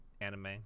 anime